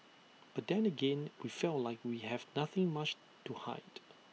but then again we felt like we have nothing much to hide